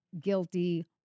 guilty